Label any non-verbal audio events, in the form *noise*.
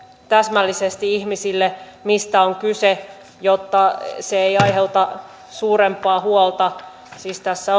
täsmällisesti ihmisille mistä on kyse jotta se ei aiheuta suurempaa huolta siis tässä *unintelligible*